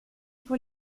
pour